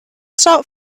stop